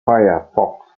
firefox